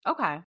okay